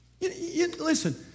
listen